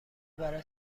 برای